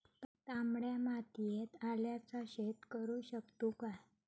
तामड्या मातयेत आल्याचा शेत करु शकतू काय?